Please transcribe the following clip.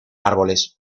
árboles